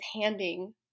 handing